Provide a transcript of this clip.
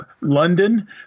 London